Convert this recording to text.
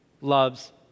loves